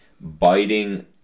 biting